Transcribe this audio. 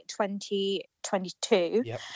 2022